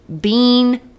bean